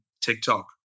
tiktok